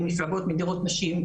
של מפלגות מדירות נשים,